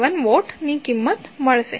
97 vote ની કિંમત મળશે